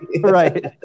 Right